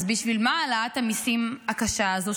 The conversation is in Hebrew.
אז בשביל מה העלאת המיסים הקשה הזו,